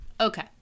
Okay